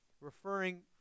referring